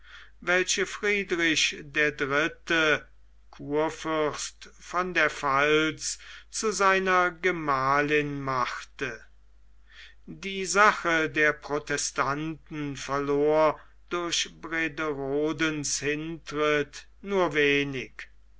welche friedrich der dritte kurfürst von der pfalz zu seiner gemahlin machte die sache der protestanten verlor durch brederodes hintritt nur wenig